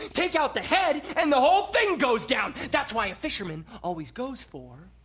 take out the head, and the whole thing goes down! that's why a fisherman always goes for.